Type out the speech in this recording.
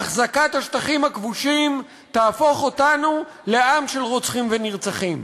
החזקת השטחים הכבושים תהפוך אותנו לעם של רוצחים ונרצחים.